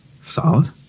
solid